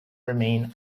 remain